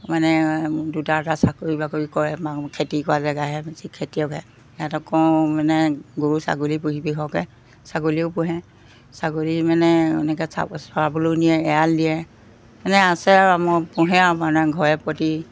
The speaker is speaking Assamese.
মানে দুটা এটা চাকৰি বাকৰি কৰে খেতি কৰা জেগাহে খেতিয়কহে সিহঁতক কওঁ মানে গৰু ছাগলী পুহিবি সৰহকৈ ছাগলীও পোহে ছাগলী মানে এনেকৈ চাব চৰাবলৈও নিয়ে এৰাল দিয়ে মানে আছে আৰু আমাৰ পোহে আৰু মানে ঘৰে প্ৰতি